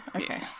Okay